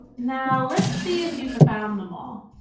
now let's see if you found them all.